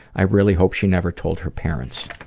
i really hope she never told her parents.